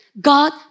God